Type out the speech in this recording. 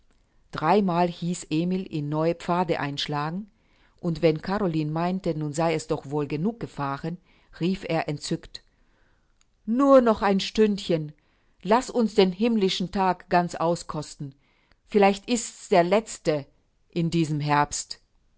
dreimal hieß emil ihn neue pfade einschlagen und wenn caroline meinte nun sei es doch wohl genug gefahren rief er entzückt nur noch ein stündchen laß uns den himmlischen tag ganz auskosten vielleicht ist's der letzte in diesem herbst